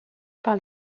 par